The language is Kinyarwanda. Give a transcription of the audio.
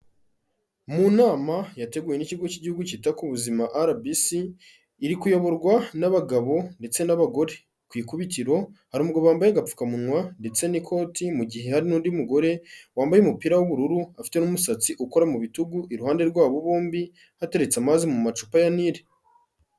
Mu nama yateguwe n'Ikigo k'Igihugu kita ku Buzima RBC, iri kuyoborwa n'abagabo ndetse n'abagore, ku ikubitiro hari umugabo wambaye agapfukamunwa ndetse n'ikoti mu gihe hari n undi mugore wambaye umupira w'ubururu afite n'umusatsi ukora mu bitugu iruhande rwabo bombi hateretse amazi mu macupa ya Nile.